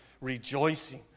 rejoicing